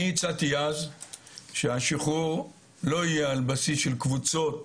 אני הצעתי אז שהשחרור לא יהיה על בסיס של קבוצות